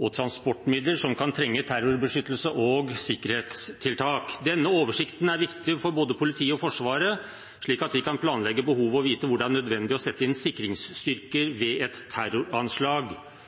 og transportmidler som kan trenge terrorbeskyttelse og sikkerhetstiltak. Denne oversikten er viktig for at både politiet og forsvaret kan planlegge behovet, og vite hvor det er nødvendig å sette inn sikringsstyrker ved et terroranslag.»